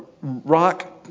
rock